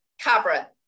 Cabra